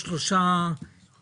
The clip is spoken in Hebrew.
הנושא השלישי זה הממסים.